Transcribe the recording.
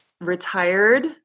retired